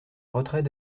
retrait